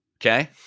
Okay